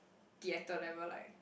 theatre level like